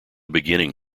beginning